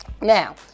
Now